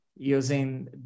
using